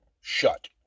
shut